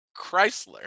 Chrysler